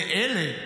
לאלה שהיו,